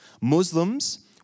Muslims